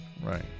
Right